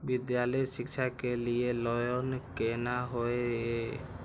विद्यालय शिक्षा के लिय लोन केना होय ये?